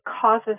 causes